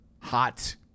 hot